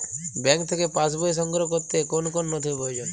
Bank থেকে passbook সংগ্রহ করতে কোন কোন নথি প্রয়োজন?